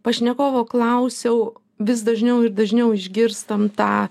pašnekovo klausiau vis dažniau ir dažniau išgirstam tą